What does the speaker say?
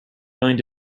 willing